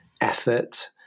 effort